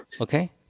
Okay